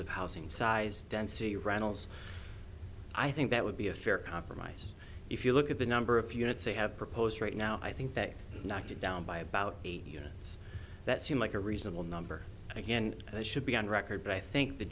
of housing size density reynolds i think that would be a fair compromise if you look at the number of units they have proposed right now i think they knocked it down by about eight units that seem like a reasonable number again that should be on record but i think the